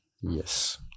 yes